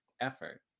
effort